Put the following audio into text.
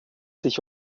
sich